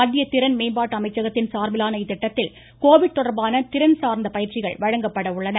மத்திய திறன்மேம்பாட்டு அமைச்சகத்தின் சார்பிலான இத்திட்டத்தில் கோவிட் தொடர்பான திறன் சார்ந்த பயிற்சிகள் வழங்கப்பட உள்ளன